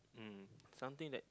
mm something that